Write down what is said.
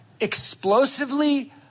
explosively